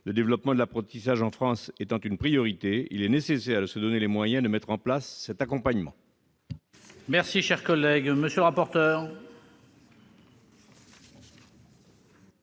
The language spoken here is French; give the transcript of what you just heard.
Le développement de l'apprentissage en France étant une priorité, il est nécessaire de se donner les moyens de mettre en place cet accompagnement. Quel est l'avis de la